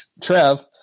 Trev